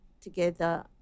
together